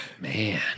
Man